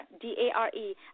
D-A-R-E